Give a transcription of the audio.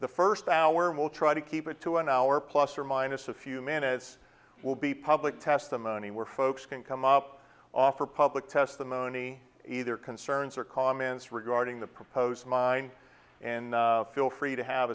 the first hour and we'll try to keep it to an hour plus or minus a few minutes will be public testimony where folks can come up offer public testimony either concerns or comments regarding the proposed mine and feel free to have